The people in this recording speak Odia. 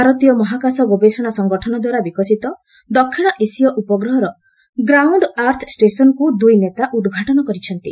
ଭାରତୀୟ ମହାକାଶ ଗବେଷଣା ସଙ୍ଗଠନଦ୍ୱାରା ବିକଶିତ ଦକ୍ଷିଣ ଏସୀୟ ଉପଗ୍ରହର ଗ୍ରାଉଣ୍ଡ୍ ଆର୍ଥ ଷ୍ଟେସନ୍କୁ ଦୁଇ ନେତା ଉଦ୍ଘାଟନ କରିଛନ୍ତି